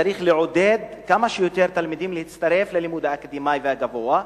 צריך לעודד כמה שיותר תלמידים להצטרף ללימוד האקדמי והגבוה,